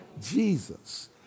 Jesus